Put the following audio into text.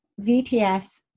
VTS